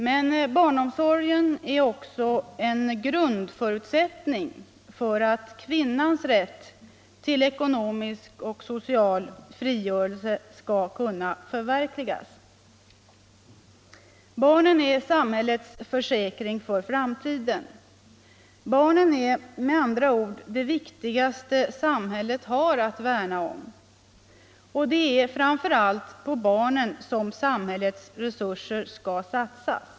Men barnomsorgen är också en grundförutsättning för att kvinnans rätt till ekonomisk och social frigörelse skall kunna förverkligas. Barnen är samhällets försäkring för framtiden. Barnen är med andra ord det viktigaste samhället har att värna om. Det är framför allt på barnen som samhällets resurser skall satsas.